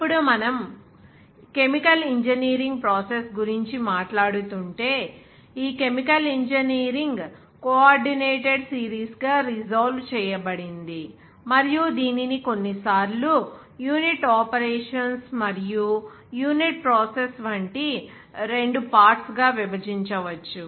ఇప్పుడు మనము chemical engineering process గురించి మాట్లాడుతుంటే ఈ కెమికల్ ఇంజనీరింగ్ కోఆర్డినేటెడ్ సిరీస్ గా రీసాల్వ్ చేయబడింది మరియు దీనిని కొన్నిసార్లు యూనిట్ ఆపరేషన్స్ మరియు యూనిట్ ప్రాసెస్ వంటి రెండు పార్ట్స్ గా విభజించవచ్చు